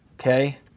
okay